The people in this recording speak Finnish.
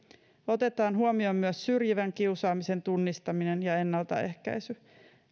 otetaan huomioon myös syrjivän kiusaamisen tunnistaminen ja ennaltaehkäisy